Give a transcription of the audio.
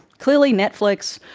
clearly, netflix,